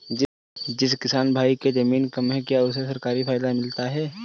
जिस किसान भाई के ज़मीन कम है क्या उसे सरकारी फायदा मिलता है?